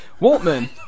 Waltman